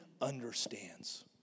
understands